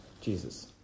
Jesus